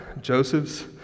Joseph's